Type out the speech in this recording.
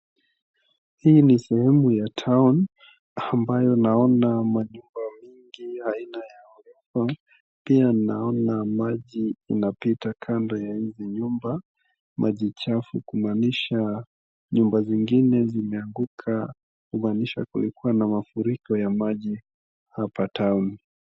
Hii ni sehemu ya town ambayo naona manyumba mingi aina ya gorofa pia naona maji inapita kando ya hizi nyumba. Maji chafu kumaanisha nyumba zingine zimeanguka kumaanisha kulikuwa na mafuriko ya maji hapa town .